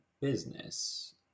business